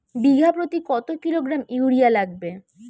বিঘাপ্রতি কত kilogram urea লাগবে?